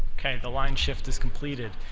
kind of the line shift is completed.